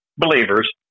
believers